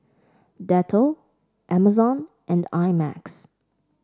Dettol Amazon and I Max